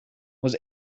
was